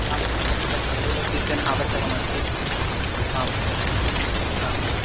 आं modular modular kitchen आवश्यकमस्ति आम् आम्